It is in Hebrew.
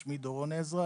שמי דורון עזרא,